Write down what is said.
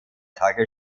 tage